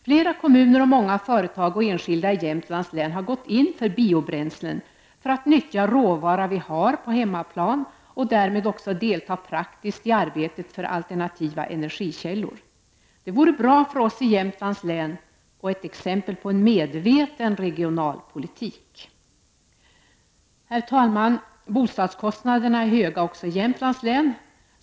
Flera kommuner och många företag och enskilda i Jämtlands län har gått in för biobränslen för att nyttja råvara vi har på hemmaplan och därmed också delta praktiskt i arbetet för alternativa energikällor. Det vore bra för oss i Jämtlands län, och ett exempel på medveten regionalpolitik. Bostadskostnaderna är höga också i Jämtlands län.